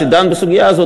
כשהוא דן בסוגיה הזאת,